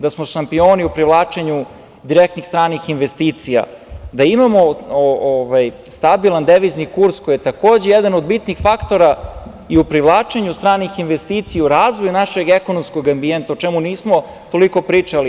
Da smo šampioni u privlačenju direktnih stranih investicija, da imamo stabilan devizni kurs koji je takođe jedan od bitnih faktora i u privlačenju stranih investicija, u razvoju našeg ekonomskog ambijenta o čemu nismo toliko pričali.